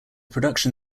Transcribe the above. production